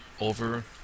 over